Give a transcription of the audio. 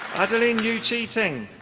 adeline yuh chee ting.